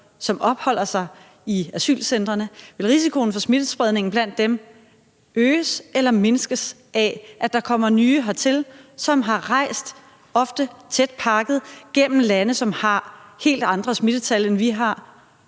som opholder sig i asylcentrene, øges eller mindskes af, at der kommer nye hertil, som har rejst, ofte tæt pakket, gennem lande, som har helt andre smittetal, end vi har?